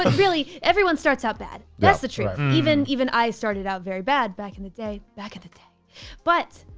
ah really, everyone starts out bad, that's the truth. even even i started out very bad back in the day. back in the day but.